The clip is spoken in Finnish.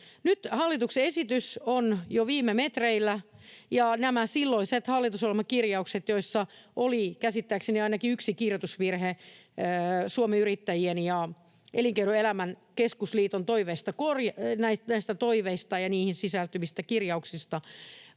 Nyt hallituksen esitys on jo viime metreillä. Silloisissa hallitusohjelmakirjauksissa käsittääkseni ollut yksi kirjoitusvirhe liittyen Suomen Yrittäjien ja Elinkeinoelämän keskusliiton toiveisiin ja ne sisältäviin kirjauksiin